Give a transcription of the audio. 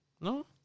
No